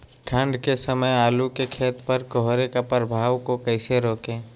ठंढ के समय आलू के खेत पर कोहरे के प्रभाव को कैसे रोके?